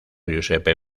giuseppe